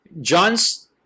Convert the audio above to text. John's